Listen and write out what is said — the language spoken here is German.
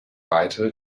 weitere